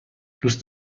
دوست